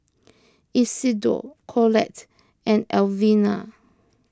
Isidore Collette and Alvina